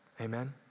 Amen